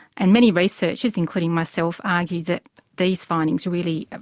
and many researchers, including myself, argue that these findings really